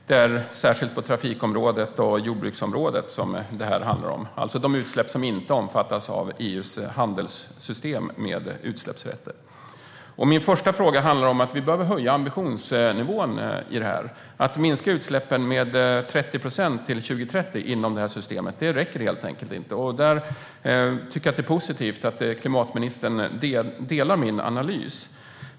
Det är särskilt utsläppen på trafikområdet och jordbruksområdet det handlar om, alltså de utsläpp som inte omfattas av EU:s handelssystem med utsläppsrätter. Min första fråga handlar om att vi behöver höja ambitionsnivån. Att minska utsläppen med 30 procent till 2030 inom det här systemet räcker helt enkelt inte. Jag tycker att det är positivt att klimatministern delar min analys.